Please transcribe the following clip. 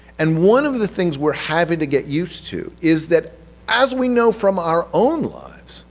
and one of the things we're having to get used to is that as we know from our own lives,